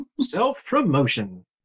Self-promotion